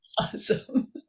Awesome